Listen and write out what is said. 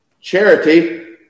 Charity